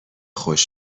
خوش